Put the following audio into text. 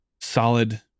solid